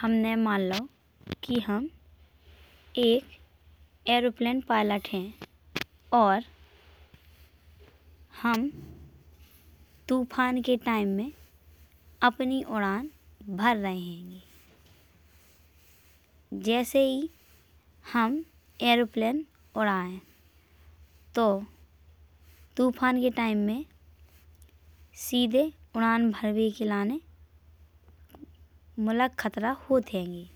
हमने मान लाओ कि हम एक एरोप्लेन पायलट हैं। और हम तूफ़ान के टाइम में अपनी उड़ान भर रहे हैंगे। जैसेई हम एरोप्लेन उड़ाए तो तूफान के टाइम। में सीधे उड़ान भरबे के लाने मुलाक खतरा होत हैंगे।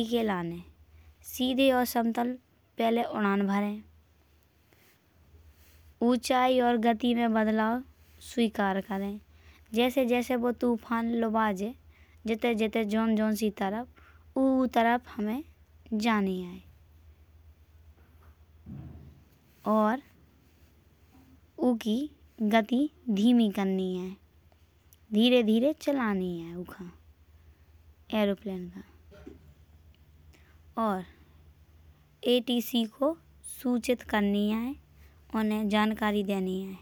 ईके लाने सीधे और समतल पहले उड़ान भरे। ऊचाई और गति में बदलाव स्वीकार करें। जैसे जैसे वो तूफान लुबा जेई जिते जिते जऊन जऊन सी तरफ ऊ तरफ हमें जाने आएँ। और ऊकी गति धीमी करने आएँ धीरे धीरे चलाने आएं ऊखा एरोप्लेन। का और एटीसी को सूचित करने आएं। उन्हें जानकारी देने आएं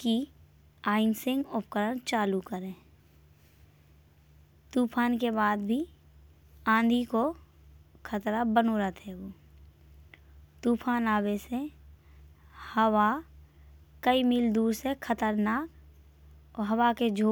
कि आइनसिंग और करव चालू करें। तूफान के बाद भी आंधी को खतरा बनो राहत हैंगो। तूफान आवे से हवा कई मील दूर से खतरनाक और हवा के झोके।